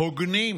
הוגנים